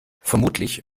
vermutlich